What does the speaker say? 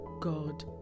God